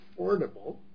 affordable